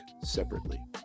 separately